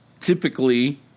typically